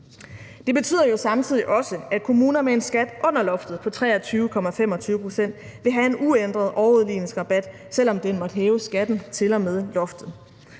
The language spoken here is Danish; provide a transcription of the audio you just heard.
Det betyder jo samtidig også, at kommuner med en skat under loftet på 23,25 pct. vil have en uændret overudligningsrabat, selv om den måtte hæve skatten til og med loftet.